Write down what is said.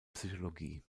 psychologie